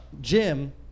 Jim